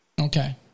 Okay